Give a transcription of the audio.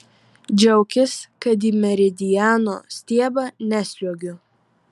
džiaukis kad į meridiano stiebą nesliuogiu